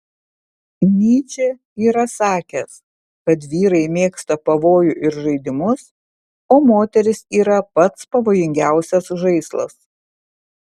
nyčė yra sakęs kad vyrai mėgsta pavojų ir žaidimus o moterys yra pats pavojingiausias žaislas